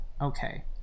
Okay